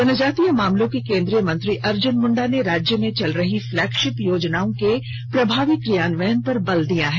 जनजातीय मामलों के केंद्रीय मंत्री अर्जुन मुंडा ने राज्य में चल रही पलैगशिप योजनाओं के प्रभावी क्रियान्वयन पर बल दिया है